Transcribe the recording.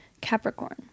Capricorn